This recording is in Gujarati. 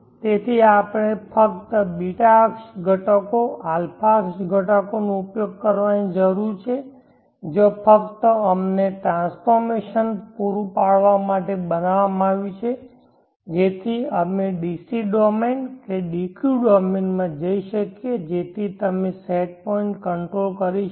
તેથી આપણે ફક્ત β અક્ષ ઘટકો α અક્ષ ઘટકોનો ઉપયોગ કરવાની જરૂર છે જ્યાં ફક્ત અમને ટ્રાન્સફોર્મશન પૂરું પાડવા માટે બનાવવામાં આવ્યું છે જેથી અમે DC ડોમેન કે dq ડોમેનમાં જઈ શકીએ જેથી તમે પોઇન્ટ કંટ્રોલ સેટ કરી શકો